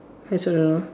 I also don't know